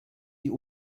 die